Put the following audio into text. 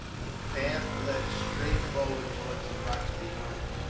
the path led straight forward, towards the rocks behind,